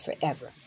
forever